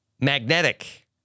magnetic